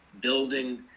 building